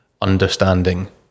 understanding